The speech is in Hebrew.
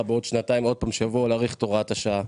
בעוד שנתיים עוד פעם שיבוא להאריך את הוראת השעה,